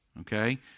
Okay